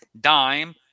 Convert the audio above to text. dime